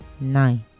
nine